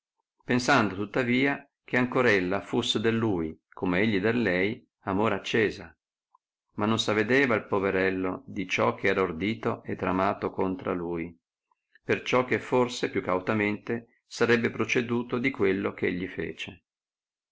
pensando tuttavia che ancor ella fusse del lui come egli del lei amore accesa ma non s avedeva il poverello di ciò che era ordito e tramato contra lui perciò che forse più cautamente sarebbe proceduto di quello che egli fece